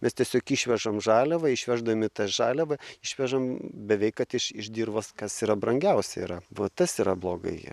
mes tiesiog išvežam žaliavą išveždami žaliavą išvežam beveik kad iš iš dirvos kas yra brangiausia yra va tas yra blogai